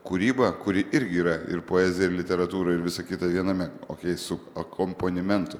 kūrybą kuri irgi yra ir poezija ir literatūra ir visa kita viename o su akompanimentu